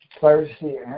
Thursday